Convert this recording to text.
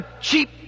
cheap